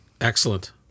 excellent